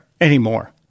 anymore